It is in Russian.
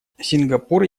сингапур